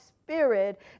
spirit